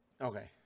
Okay